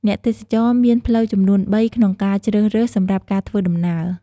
អ្នកទេសចរមានផ្លូវចំនួន៣ក្នុងការជ្រើសរើសសម្រាប់ការធ្វើដំណើរ។